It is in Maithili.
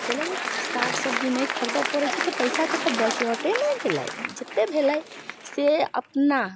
कए लागी कि साग सब्जी नहि खरिदय पड़ैत छै तऽ पैसाके तऽ बचते ने भेलै जतेक भेलै से अपना